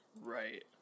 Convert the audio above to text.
right